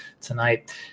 tonight